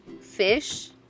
fish